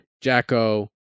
Jacko